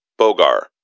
Bogar